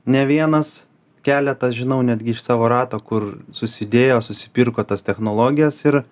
ne vienas keletas žinau netgi iš savo rato kur susidėjo susipirko tas technologijas ir